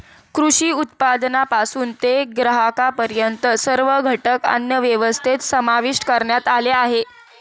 कृषी उत्पादनापासून ते ग्राहकांपर्यंत सर्व घटक अन्नव्यवस्थेत समाविष्ट करण्यात आले आहेत